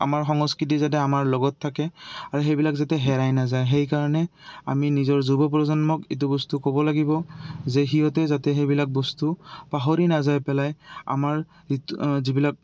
আমাৰ সংস্কৃতি যাতে আমাৰ লগত থাকে আৰু সেইবিলাক যাতে হেৰাই নাযায় সেইকাৰণে আমি নিজৰ যুৱ প্ৰজন্মক এইটো বস্তু ক'ব লাগিব যে সিহঁতে যাতে সেইবিলাক বস্তু পাহৰি নাযায় পেলাই আমাৰ যিবিলাক